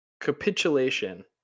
capitulation